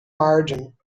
margin